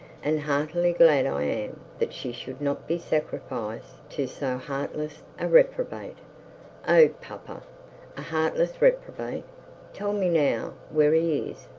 and heartily glad i am that she should not be sacrificed to so heartless a reprobate oh, papa a heartless reprobate! tell me now where he is,